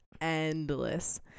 Endless